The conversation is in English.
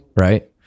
right